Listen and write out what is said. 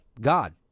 God